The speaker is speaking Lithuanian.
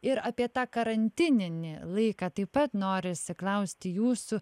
ir apie tą karantininį laiką taip pat norisi klausti jūsų